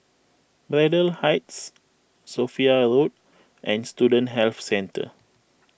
Braddell Heights Sophia Road and Student Health Centre